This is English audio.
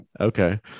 okay